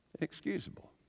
excusable